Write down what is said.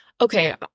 Okay